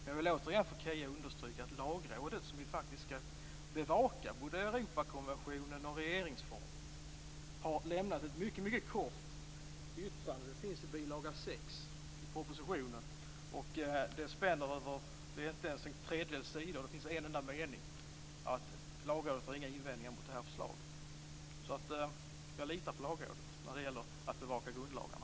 Jag vill än en gång för Kia Andreasson understryka att Lagrådet, som skall bevaka både Europakonventionen och regeringsformen, har lämnat ett mycket kort yttrande. Det finns i bilaga 6 till propositionen. Det är inte ens en tredjedels sida, och det finns en enda mening om att Lagrådet inte har några invändningar mot det här förslaget. Jag litar på Lagrådet när det gäller att bevaka grundlagarna.